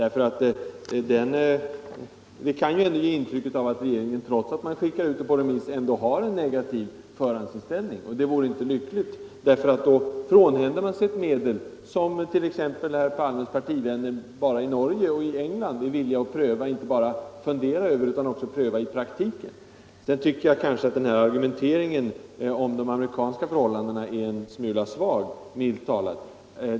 Det kan ge intrycket att regeringen trots att den skickat ut frågan på remiss ändå har en negativ förhandsinställning. Det vore inte lyckligt, eftersom man då avstår från ett medel som t.ex. herr Palmes partivänner i Norge och England är villiga att inte bara fundera över utan också pröva i praktiken. Dessutom tycker jag att argumenteringen om de amerikanska förhållandena är, milt talat, en smula svag.